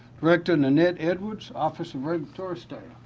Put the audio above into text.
director nanette edwards, office of regulatory state.